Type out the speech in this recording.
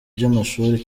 by’amashuri